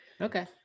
Okay